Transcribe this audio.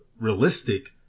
realistic